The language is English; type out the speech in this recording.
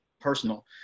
personal